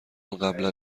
قبلا